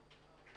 בפסח.